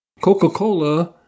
Coca-Cola